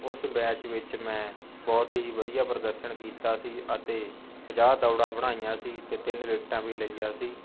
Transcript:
ਉਸ ਬੈਚ ਵਿੱਚ ਮੈਂ ਬਹੁਤ ਹੀ ਵਧੀਆ ਪ੍ਰਦਰਸ਼ਨ ਕੀਤਾ ਸੀ ਅਤੇ ਪੰਜਾਹ ਦੌੜਾਂ ਬਣਾਈਆਂ ਸੀ ਅਤੇ ਤਿੰਨ ਵਿਕਟਾਂ ਵੀ ਲਈਆਂ ਸੀ